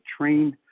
trained